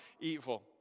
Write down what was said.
evil